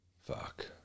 Fuck